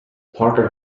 parker